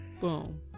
Boom